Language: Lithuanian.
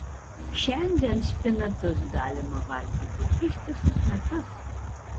šiandien špinatus galima valgyti ištisus metus